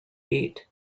eat